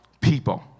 people